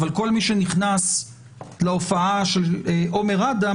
אבל כל מי שנכנס להופעה של עומר אדם,